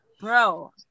bro